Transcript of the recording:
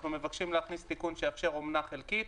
אנחנו מבקשים להכניס תיקון שיאפשר אומנה חלקית.